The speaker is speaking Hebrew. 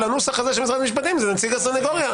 הנוסח הזה של משרד המשפטים זה נציג הסניגוריה,